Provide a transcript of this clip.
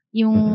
yung